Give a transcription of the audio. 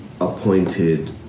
appointed